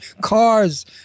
Cars